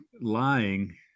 lying